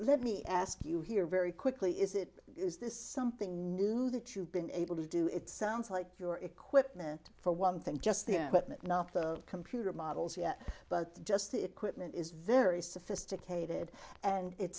let me ask you here very quickly is it is this something new that you've been able to do it sounds like your equipment for one thing just not the computer models yet but just the equipment is very sophisticated and it